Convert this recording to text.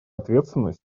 ответственность